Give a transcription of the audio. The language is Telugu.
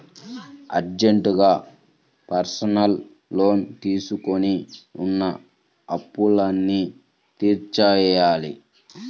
అర్జెంటుగా పర్సనల్ లోన్ తీసుకొని ఉన్న అప్పులన్నీ తీర్చేయ్యాలి